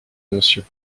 monsieur